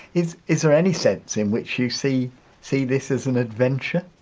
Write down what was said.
is is there any sense in which you see see this as an adventure?